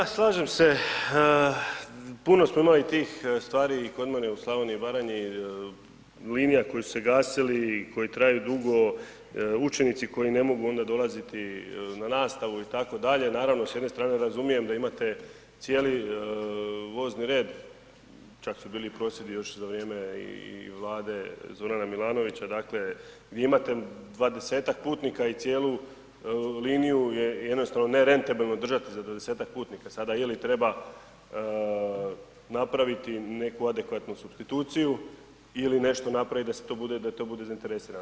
Da, slažem se, puno smo imali tih stvari kod mene u Slavoniji i Baranji, linija koje su se gasili i koji traju dugo, učenici koji ne mogu onda dolaziti na nastavu itd., naravno s jedne strane razumijem da imate cijeli vozni red, čak su bili prosvjedi još za vrijeme i Vlade Zorana Milanovića, dakle gdje imate 20-ak putnika i cijelu liniju jer je jednostavno nerentabilno držati za 20-ak putnika sada ili je treba napraviti neku adekvatnu supstituciju ili nešto napraviti da to bude zainteresirano.